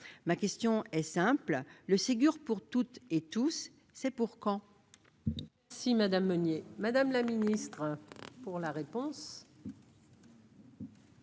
Ma question est simple : le Ségur pour toutes et tous, c'est pour quand ?